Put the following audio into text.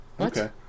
okay